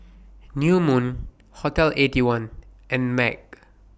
New Moon Hotel Eighty One and MAG